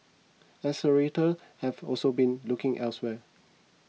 accelerator have also been looking elsewhere